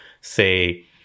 say